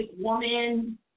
woman